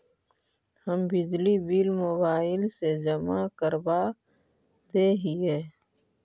हम बिजली bill mobile से जमा करवा देहियै?